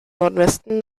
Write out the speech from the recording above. nordwesten